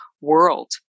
world